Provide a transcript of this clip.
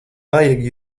vajag